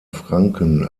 franken